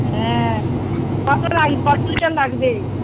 হ্যাঁ কত লাগবে কত লিটার লাগবে